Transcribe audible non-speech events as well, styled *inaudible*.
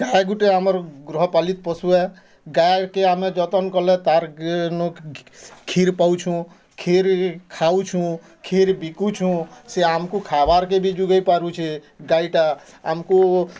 ଗାଏ ଗୁଟେ ଆମର୍ ଗୃହ ପାଲିତ୍ ପଶୁ ହେ ଗାଏ କେ ଆମେ ଯତନ୍ କଲେ ତାର୍ *unintelligible* ନୁ କ୍ଷୀର୍ ପାଉଛୁ କ୍ଷୀର୍ ଖାଉଛୁଁ କ୍ଷୀର୍ ବିକୁଛୁଁ ସେ ଆମକୁ ଖାଏବାର୍ କେ ବି ଯୁଗାଇ ପାରୁଛେ ଗାଈ ଟା ଆମକୁ